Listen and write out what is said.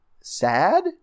sad